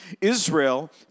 Israel